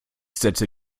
setze